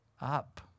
up